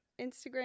instagram